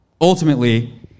ultimately